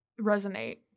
resonate